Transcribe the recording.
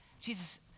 Jesus